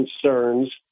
concerns